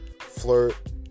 flirt